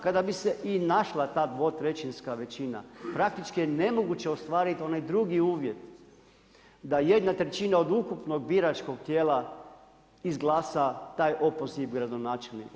Kada bi se i našla ta dvotrećinska većina praktički je nemoguće ostvariti onaj drugi uvjet da jedna trećina od ukupnog biračkog tijela izglasa taj opoziv gradonačelniku.